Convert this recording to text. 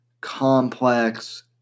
complex